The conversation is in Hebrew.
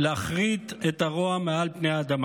להכרית את הרוע מעל פני האדמה.